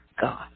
God